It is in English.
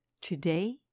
Today